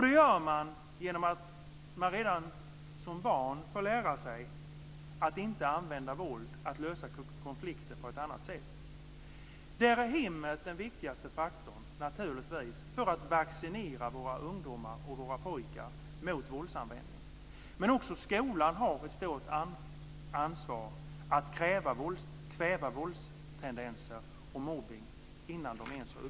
Det kan ske genom att man redan som barn får lära sig att inte använda våld utan att lösa konflikter på ett annat sätt. Där är hemmet den viktigaste faktorn för att vaccinera våra ungdomar mot våldsanvändning. Men också skolan har ett stort ansvar att kväva våldstendenser och mobbning innan de ens har uppstått.